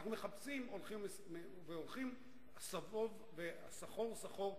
אנחנו מחפשים, והולכים סחור-סחור.